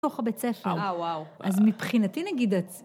בתוך הבית הספר. אז מבחינתי נגיד.